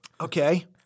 Okay